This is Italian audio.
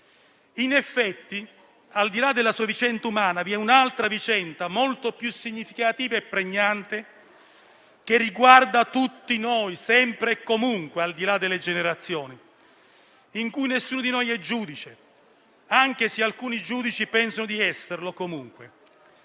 In effetti, al di là della sua vicenda umana, ve n'è un'altra molto più significativa e pregnante che riguarda tutti noi sempre e comunque al di là delle generazioni, in cui nessuno di noi è giudice, anche se alcuni giudici pensano di esserlo comunque.